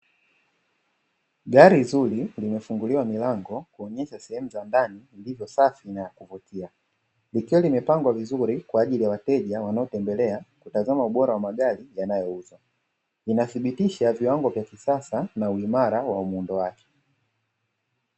Gari zuri limefunguliwa milango kuonyesha sehemu za ndani zilizo safi na kuvutia, likiwa limepangwa vizuri kwaajili ya wateja wanaotembelea na kutazama ubora wa magari yanayouzwa. Inathibitisha viwango vya kisasa na uhimara wa muundo wake.